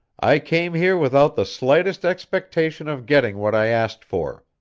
i came here without the slightest expectation of getting what i asked for.